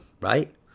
right